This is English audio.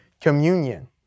communion